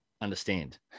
understand